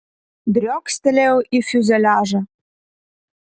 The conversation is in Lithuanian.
driokstelėjau į fiuzeliažą